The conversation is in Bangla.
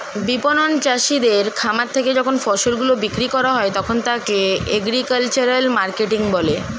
বিপণন চাষীদের খামার থেকে যখন ফসল গুলো বিক্রি করা হয় তখন তাকে এগ্রিকালচারাল মার্কেটিং বলে